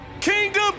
Kingdom